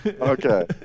okay